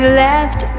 left